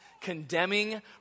condemning